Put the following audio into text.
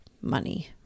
money